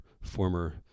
former